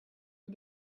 for